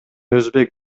өзбек